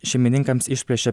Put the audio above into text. šeimininkams išplėšė